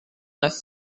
neuf